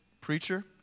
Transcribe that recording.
preacher